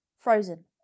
Frozen